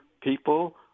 people